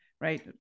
right